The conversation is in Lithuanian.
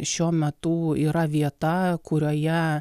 šiuo metu yra vieta kurioje